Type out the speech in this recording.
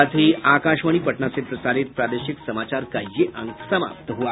इसके साथ ही आकाशवाणी पटना से प्रसारित प्रादेशिक समाचार का ये अंक समाप्त हुआ